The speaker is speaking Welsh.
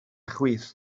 chwith